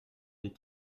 des